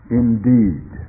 indeed